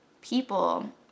people